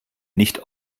nicht